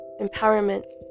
empowerment